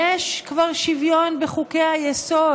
יש כבר שוויון בחוקי-היסוד.